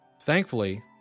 Thankfully